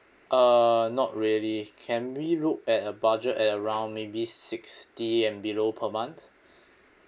uh not really can we look at a budget at around maybe sixty and below per month